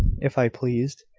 if i pleased.